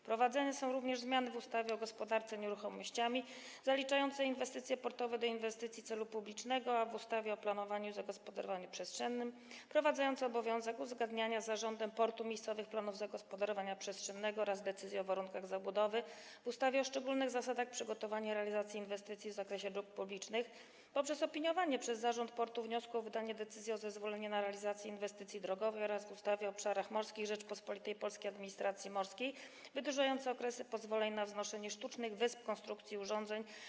Wprowadzane są również zmiany w ustawie o gospodarce nieruchomościami zaliczające inwestycje portowe do inwestycji celu publicznego, zmiany w ustawie o planowaniu i zagospodarowaniu przestrzennym wprowadzające obowiązek uzgadniania z zarządem portu miejscowych planów zagospodarowania przestrzennego oraz decyzji o warunkach zabudowy, zmiany w ustawie o szczególnych zasadach przygotowania realizacji inwestycji w zakresie dróg publicznych przez opiniowanie przez zarząd portu wniosku o wydanie decyzji o zezwoleniu na realizację inwestycji drogowej oraz zmiany w ustawie o obszarach morskich Rzeczypospolitej Polskiej i administracji morskiej wydłużające okresy pozwoleń na wznoszenie sztucznych wysp, konstrukcji i urządzeń.